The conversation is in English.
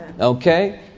okay